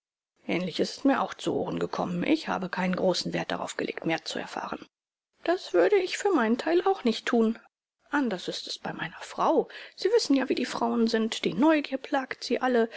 ähnliches ist mir auch zu ohren gekommen ich habe keinen großen wert darauf gelegt mehr zu erfahren das würde ich für meinen teil auch nicht tun anders ist es bei meiner frau sie wissen ja wie die frauen sind die neugier plagt sie alle